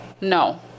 No